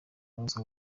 abuzwa